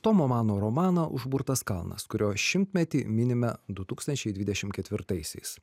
tomo mano romaną užburtas kalnas kurio šimtmetį minime du tūkstančiai dvidešim ketvirtaisiais